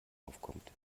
aufkommt